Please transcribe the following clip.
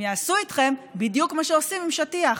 הם יעשו איתכם בדיוק מה שעושים עם שטיח,